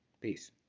Peace